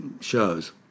shows